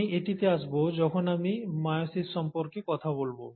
আমি এটিতে আসব যখন আমি মায়োসিস সম্পর্কে কথা বলব